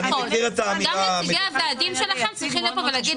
גם נציגי הוועדים שלכם צריכים להיות פה ולהגיד